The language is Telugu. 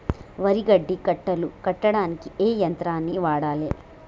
వరి గడ్డి కట్టలు కట్టడానికి ఏ యంత్రాన్ని వాడాలే?